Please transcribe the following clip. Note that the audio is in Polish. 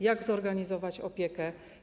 Jak zorganizować opiekę?